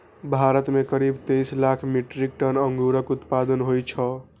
भारत मे करीब तेइस लाख मीट्रिक टन अंगूरक उत्पादन होइ छै